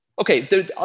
okay